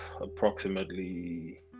approximately